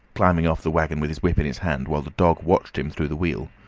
climbing off the waggon with his whip in his hand, while the dog watched him through the wheel.